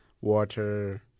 water